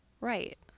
Right